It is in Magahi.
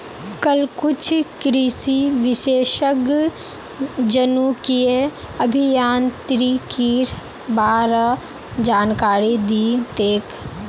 कल कुछ कृषि विशेषज्ञ जनुकीय अभियांत्रिकीर बा र जानकारी दी तेक